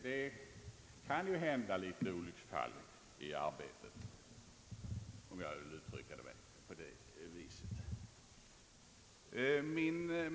Det kan ju lätt hända ett litet olycksfall i arbetet, om jag får uttrycka mig på det viset!